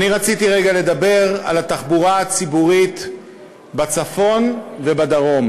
אני רציתי רגע לדבר על התחבורה הציבורית בצפון ובדרום.